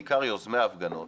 בעיקר יוזמי ההפגנות,